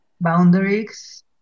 boundaries